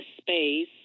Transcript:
space